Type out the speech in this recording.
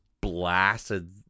blasted